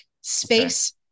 space